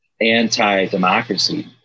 anti-democracy